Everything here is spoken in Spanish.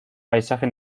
paisaje